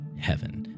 heaven